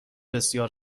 بسیار